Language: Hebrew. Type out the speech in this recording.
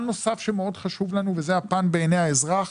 פן נוסף שמאוד חשוב לנו וזה הפן בעיני האזרח.